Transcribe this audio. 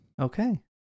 Okay